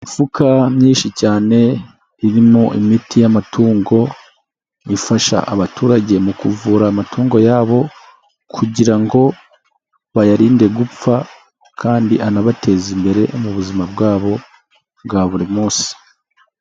Imifuka myinshi cyane irimo imiti y'amatungo ifasha abaturage mu kuvura amatungo yabo kugira ngo bayarinde gupfa kandi anabateza imbere mu buzima bwabo bwa buri munsi.